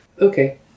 Okay